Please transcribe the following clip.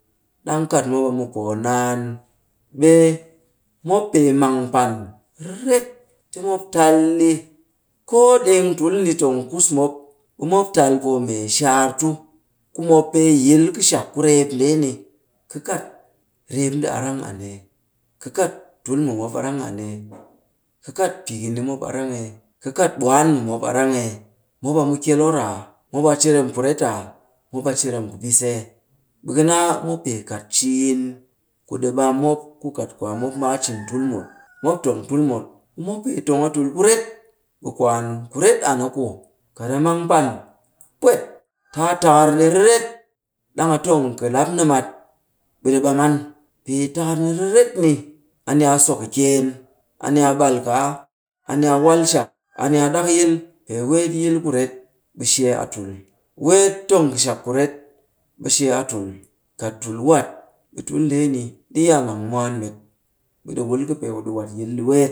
Ɗang kat mop a mu poo naan, ɓe mop pee mang pan riret ti mop tal ɗi koo ɗeng tul ni tong kus mop. Ɓe mop tal poo mee shaar tu ku mop pee yil kɨshak ku reep ndee ni. Ka kat reep nde a rang an ee? Ka kat tul mu mop a rang an ee? Ka kat pikin ni mop a rang ee? Ka kat ɓwaan mu mop a rang ee? Mopa mu kyel or aa? Mop a cirem ku ret aa? Mop a cirem ku bis ee? Ɓe ka naa mop pee kat ciin ku ɗi ɓam mop ku kat kwaamop mbaa cin tul mut. Mop tong tul mut, mop pee tong a tul ku ret. Ɓe kwaan, ku ret an a ku kat a mang pan pwet ti a takar ɗi riret ɗang a tong kɨ lap nɨmat, ɓe ɗi ɓam an. Pee takar ni riret ni, a ni a sokɨkyeen, a ni a ɓal kaa, a ni a wal shak, a ni a ɗak yil. Pee weet yi ku ret, ɓe shee a tul. Weet tong kɨshak kuret, ɓe shee a tul. Kat tul wat, ɓe tul ndeeni ɗi yaa mang mwaan met. Ɓe ɗi wul kɨpee ku ɗi wat yil ɗi weet